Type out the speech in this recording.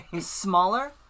smaller